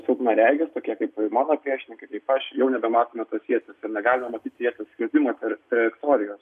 silpnaregis tokie kaip mano priešininkai kaip aš jau nebematome tos ietiesir negalime matyti ieties skridimo tra trajektorijos